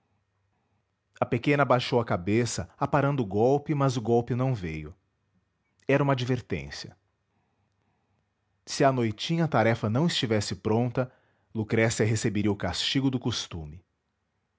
a pequena abaixou a cabeça aparando o golpe mas o golpe não veio era uma advertência se à noitinha a tarefa não estivesse pronta lucrécia receberia o castigo do costume